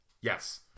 Yes